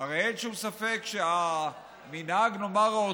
הרי אין שום ספק שהמנהג האורתודוקסי,